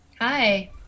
Hi